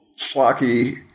schlocky